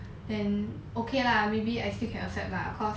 then okay lah maybe I still can accept lah cause